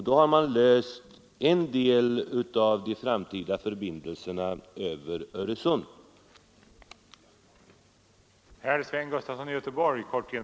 Då har en del av problemet med de framtida förbindelserna över Öresund lösts.